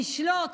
נשלוט,